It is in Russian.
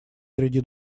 среди